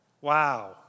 Wow